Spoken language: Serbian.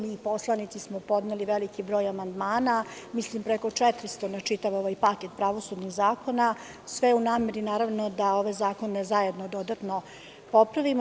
Mi poslanici smo podneli veliki broj amandmana, mislim preko 400 na čitav ovaj paket pravosudnih zakona, sve u nameri, naravno da ove zakone zajedno dodatno popravimo.